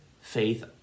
faith